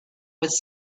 was